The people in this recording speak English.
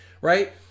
right